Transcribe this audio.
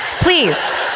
Please